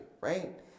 right